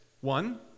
One